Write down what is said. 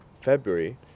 february